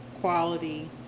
quality